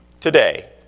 today